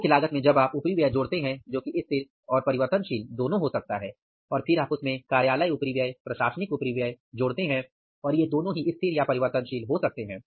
मुख्य लागत में जब आप उपरिव्यय जोड़ते हैं जो कि स्थिर और परिवर्तनशील दोनों हो सकता है और फिर आप उसमें कार्यालय उपरिव्यय प्रशासनिक उपरिव्यय जोड़ते हैं और यह दोनों ही स्थिर या परिवर्तनशील हो सकते हैं